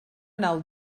nau